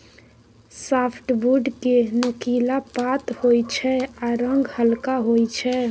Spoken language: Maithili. साफ्टबुड केँ नोकीला पात होइ छै आ रंग हल्का होइ छै